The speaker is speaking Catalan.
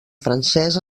francés